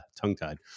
Tongue-tied